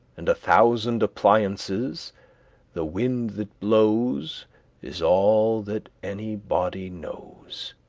and a thousand appliances the wind that blows is all that any body knows.